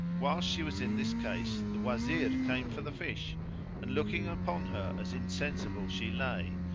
whilst she was in this case the wazir came for the fish and looking upon her as insensible she lay,